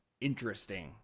interesting